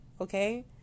okay